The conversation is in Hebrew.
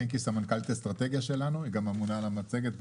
סדר הדוברים: חברי הכנסת ענבר בזק,